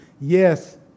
yes